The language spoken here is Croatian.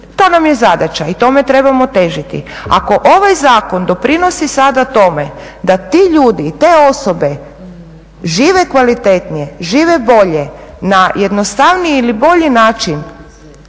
To nam je zadaća i tome trebamo težiti. Ako ovaj zakon doprinosi sada tome da ti ljudi i te osobe žive kvalitetnije, žive bolje na jednostavniji ili bolji način,